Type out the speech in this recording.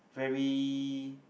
very